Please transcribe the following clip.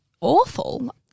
awful